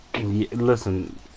Listen